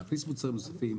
להכניס מוצרים נוספים,